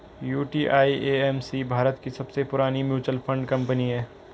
UTI AMC Bharat की सबसे पुरानी म्यूचुअल फंड कंपनी है